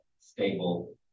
Stable